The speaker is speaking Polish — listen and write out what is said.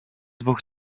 dwóch